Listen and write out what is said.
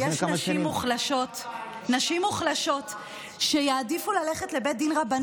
יש נשים מוחלשות שיעדיפו ללכת לבית דין רבני,